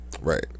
right